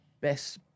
best